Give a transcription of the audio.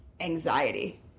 anxiety